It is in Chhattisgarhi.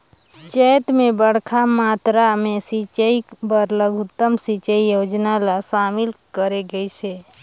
चैत मे बड़खा मातरा मे सिंचई बर लघुतम सिंचई योजना ल शामिल करे गइस हे